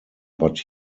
but